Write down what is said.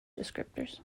descriptors